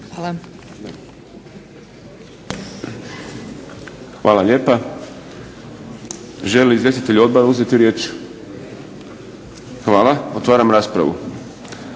(SDP)** Hvala lijepa. Želi li izvjestitelj odbora uzeti riječ? Hvala. Otvaram raspravu.